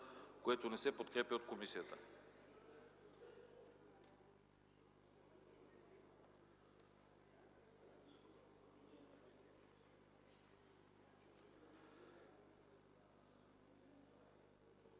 което не се подкрепя от комисията.